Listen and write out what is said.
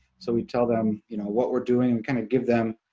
so we tell them you know what we're doing and kind of give them,